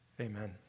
Amen